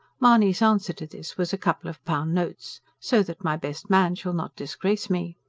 mahony's answer to this was a couple of pound-notes so that my best man shall not disgrace me!